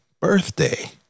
birthday